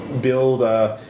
build